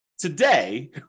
Today